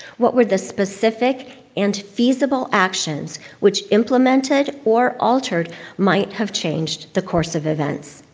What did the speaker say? what were the specific and feasible actions which implemented or altered might have changed the course of events?